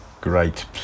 Great